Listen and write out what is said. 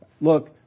Look